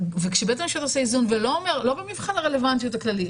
וכשבית המשפט שעושה איזון ולא במבחן הרלוונטיות הכללי,